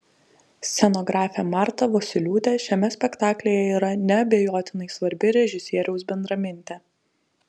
scenografė marta vosyliūtė šiame spektaklyje yra neabejotinai svarbi režisieriaus bendramintė